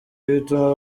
bituma